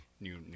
new